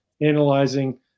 analyzing